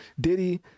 Diddy